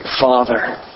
Father